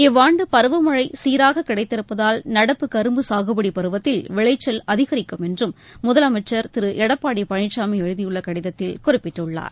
இவ்வாண்டு பருவமழை சீராக கிடைத்திருப்பதால் நடப்பு கரும்பு சாகுபடி பருவத்தில் விளைச்சல் அதிகரிக்கும் என்றும் முதலமைச்சர் திரு எடப்பாடி பழனிசாமி எழுதியுள்ள கடிதத்தில் குறிப்பிட்டுள்ளார்